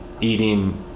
eating